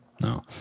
No